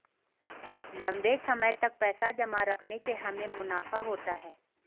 लंबे समय तक पैसे जमा रखने से हमें मुनाफा होता है